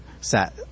sat